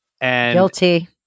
Guilty